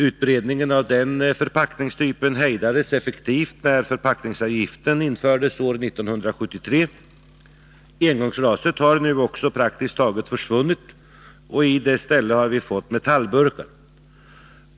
Utbredningen av den förpackningstypen hejdades effektivt när förpackningsavgiften infördes år 1973. Engångsglaset har nu praktiskt taget försvunnit, och i dess ställe har vi fått metallburken.